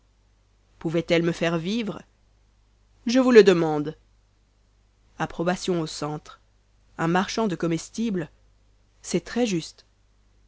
pouvaient-elles me faire vivre je vous le demande approbation au centre un marchand de comestibles c'est très juste